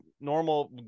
normal